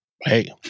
Hey